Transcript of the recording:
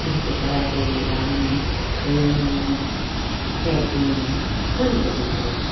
જેમકે karate dance swimming skating ઘણીબધી થાય છે